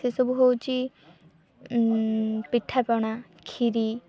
ସେସବୁ ହେଉଛି ପିଠା ପଣା ଖିରି